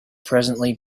presently